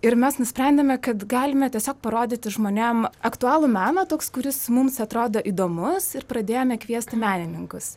ir mes nusprendėme kad galime tiesiog parodyti žmonėm aktualų meną toks kuris mums atrodo įdomus ir pradėjome kviesti menininkus